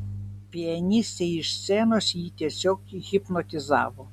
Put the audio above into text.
pianistė iš scenos jį tiesiog hipnotizavo